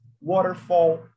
Waterfall